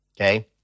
okay